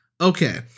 okay